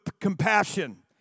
compassion